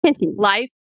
Life